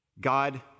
God